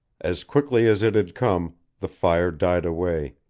as quickly as it had come, the fire died away,